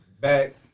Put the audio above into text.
back